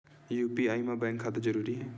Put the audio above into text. UPI मा bank खाता जरूरी हे?